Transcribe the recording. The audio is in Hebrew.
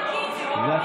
זה לא רק היא, בבקשה.